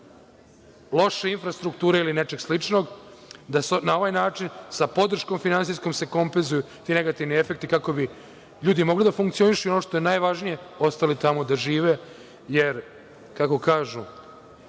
loše infrastrukture ili nečeg sličnog, da na ovaj način sa podrškom finansijskom se kompenzuju ti negativni efekti, kako bi ljudi mogli da funkcionišu i, ono što je najvažnije, ostali tamo da žive, jer kako kažu